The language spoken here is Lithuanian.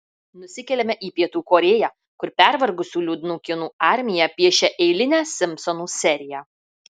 nusikeliame į pietų korėją kur pervargusių liūdnų kinų armija piešia eilinę simpsonų seriją